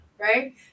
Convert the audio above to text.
Right